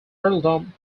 earldom